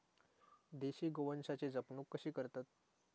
देशी गोवंशाची जपणूक कशी करतत?